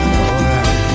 Alright